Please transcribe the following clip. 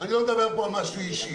אני לא מדבר פה על משהו אישי.